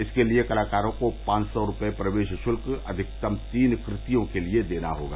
इसके लिए कलाकारों को पांच सौ रूपये प्रवेष षुल्क अधिकतम तीन कृतियों के लिए देना होगा